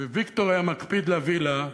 וויקטור היה מקפיד להביא לה,